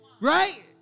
right